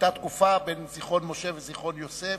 היתה תקופה, בין זיכרון-משה לזיכרון-יוסף,